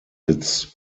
its